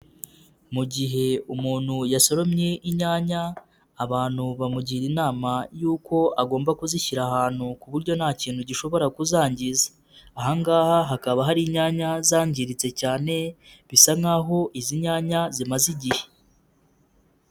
Mu gihe umuntu yasoromye inyanya, abantu bamugira inama y'uko agomba kuzishyira ahantu ku buryo nta kintu gishobora kuzangiza, aha ngaha hakaba hari inyanya zangiritse cyane, bisa nk'aho izi nyanya zimaze igihe.